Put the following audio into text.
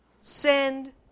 send